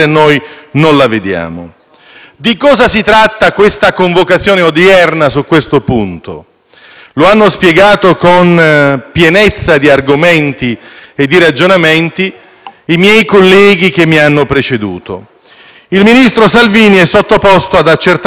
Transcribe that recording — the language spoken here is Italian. Lo hanno spiegato con pienezza di argomenti e di ragionamenti i miei colleghi che mi hanno preceduto. Il ministro Salvini è sottoposto ad accertamento giuspenalistico relativamente alla condotta tenuta nella sua qualità di Ministro dell'interno,